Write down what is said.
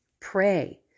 Pray